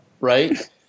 right